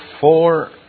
four